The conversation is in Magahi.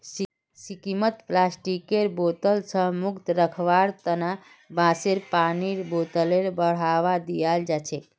सिक्किमत प्लास्टिकेर बोतल स मुक्त रखवार तना बांसेर पानीर बोतलेर बढ़ावा दियाल जाछेक